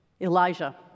Elijah